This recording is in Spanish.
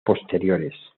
posteriores